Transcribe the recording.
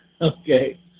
okay